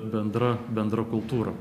bendra bendra kultūra